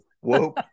whoa